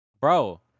Bro